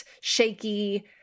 shaky